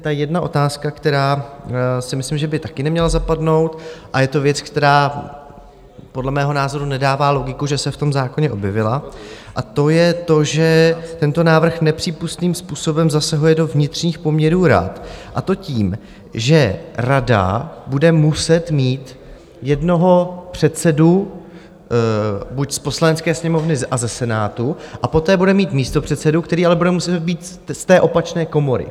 Ta jedna otázka, která si myslím, že by taky neměla zapadnout, a je to věc, která podle mého názoru nedává logiku, že se v tom zákoně objevila, a to je to, že tento návrh nepřípustným způsobem zasahuje do vnitřních poměrů rad, a to tím, že rada bude muset mít jednoho předsedu buď z Poslanecké sněmovny a ze Senátu, a poté bude mít místopředsedu, který ale bude muset být z té opačné komory.